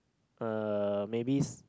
uh maybe it's